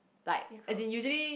like as in usually